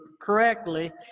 correctly